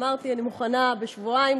אמרתי שאני מוכנה בשבועיים,